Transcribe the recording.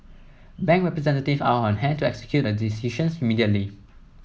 bank representatives are on hand to execute the decisions immediately